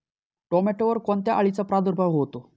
टोमॅटोवर कोणत्या अळीचा प्रादुर्भाव होतो?